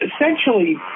essentially